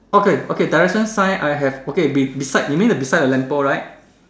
okay okay direction sign I have okay be~ beside you mean beside the lamp pole right